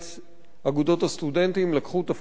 אגודות הסטודנטים לקחו תפקיד מוביל